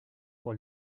pour